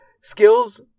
skills